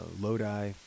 Lodi